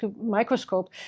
microscope